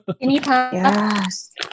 Yes